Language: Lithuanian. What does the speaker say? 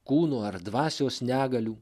kūnų ar dvasios negalių